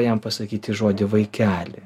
jam pasakyti žodį vaikeli